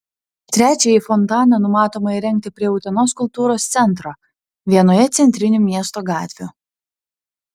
trečiąjį fontaną numatoma įrengti prie utenos kultūros centro vienoje centrinių miesto gatvių